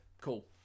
cool